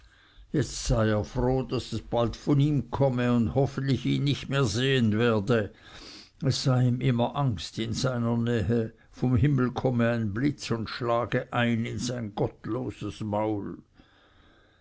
jetzt sei es froh daß es bald von ihm komme und hoffentlich ihn nicht mehr sehen werde es sei ihm immer angst in seiner nähe vom himmel komme ein blitz und schlage ein in sein gottlos maul